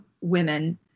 women